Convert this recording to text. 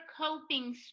coping